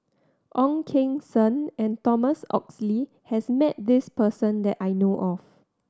Ong Keng Sen and Thomas Oxley has met this person that I know of